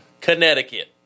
Connecticut